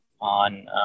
on